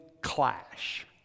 clash